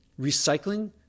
Recycling